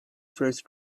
first